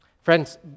Friends